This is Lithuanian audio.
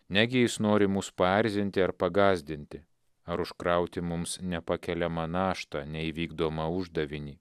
negi jis nori mus paerzinti ar pagąsdinti ar užkrauti mums nepakeliamą naštą neįvykdomą uždavinį